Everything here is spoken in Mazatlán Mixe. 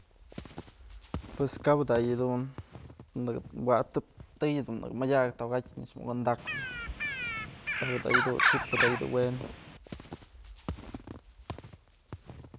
Pues kap da yëdun nëkë wa'atëp tëy dun nëkë mëdyakëp tokatyë muk andakpëkap da yëdun t'sip da yëdun wenë.